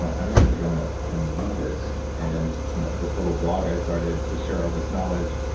i'm actually going to going to leave this, and this little blog i started to share all this knowledge.